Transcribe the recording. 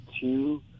two